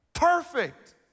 Perfect